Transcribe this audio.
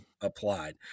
applied